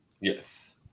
Yes